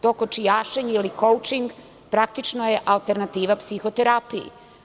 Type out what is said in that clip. To kočijašenje ili „koučing“ praktično je alternativa psihoterapiji.